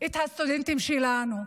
את הסטודנטים שלנו,